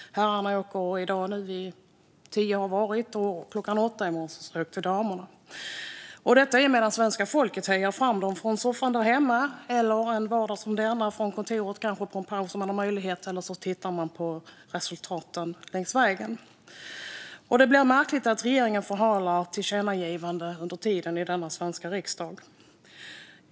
Herrarna åkte i dag vid tio, och klockan åtta i morse åkte damerna. Svenska folket hejar fram dem från soffan där hemma eller, en vardag som denna, kanske från kontoret under en paus om man har möjlighet, eller också tittar man på resultaten längs vägen. Det blir märkligt att regeringen under tiden förhalar tillkännagivanden här i den svenska riksdagen.